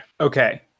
Okay